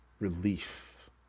Relief